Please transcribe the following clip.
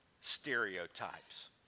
stereotypes